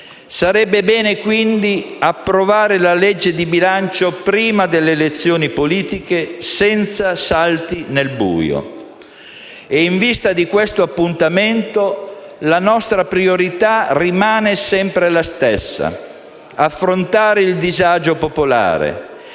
Sarebbe bene, quindi, approvare la legge di bilancio prima delle elezioni politiche, senza salti nel buio. In vista di questo appuntamento, la nostra priorità rimane sempre la stessa, cioè affrontare il disagio popolare: